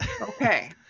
okay